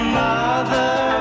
mother